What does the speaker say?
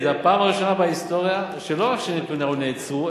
זו הפעם הראשונה בהיסטוריה שלא רק שנתוני העוני נעצרו,